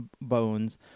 bones